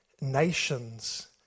nations